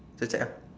check check ah